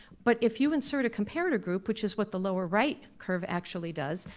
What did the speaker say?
but if you insert a comparator group, which is what the lower right curve actually does,